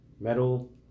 Metal